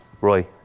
Roy